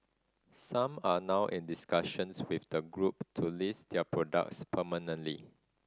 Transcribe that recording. some are now in discussions with the group to list their products permanently